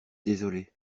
désolé